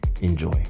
enjoy